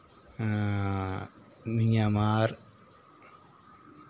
Myanmar